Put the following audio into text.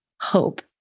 hope